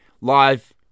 live